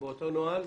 תודה רבה לכולם.